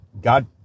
God